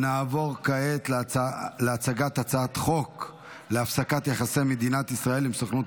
נעבור כעת להצגת הצעת חוק להפסקת יחסי מדינת ישראל עם סוכנות